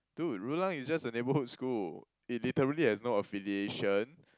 dude Rulang is just a neighbourhood school it literally has no affiliation